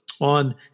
on